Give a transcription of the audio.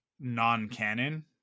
non-canon